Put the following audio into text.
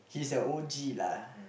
he's a O_G lah